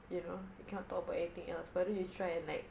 you know you cannot talk about anything else why don't you try and like